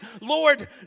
Lord